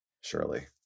Surely